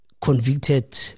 convicted